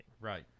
Right